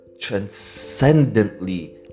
transcendently